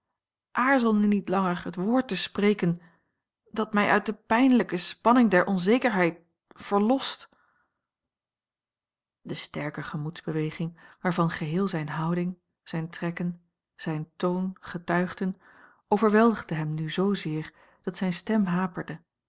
nu niet langer het woord te spreken dat mij uit de pijnlijke spanning der onzekerheid verlost de sterke gemoedsbeweging waarvan geheel zijne houding zijne trekken zijn toon getuigden overweldigde hem nu zoozeer dat zijne stem haperde